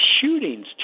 shootings